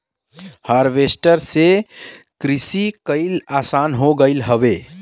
harvester से किरसी कईल आसान हो गयल हौवे